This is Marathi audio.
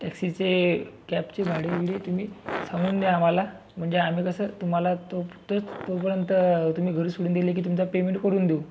टॅक्सीचे कॅबचे भाडे बिडे तुम्ही सांगून द्या आम्हाला म्हणजे आम्ही कसं तुम्हाला तोफ्तच तोपर्यंत तुम्ही घरी सोडून दिले की तुमचं पेमेंट करून देऊ